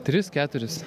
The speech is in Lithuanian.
tris keturis